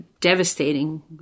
devastating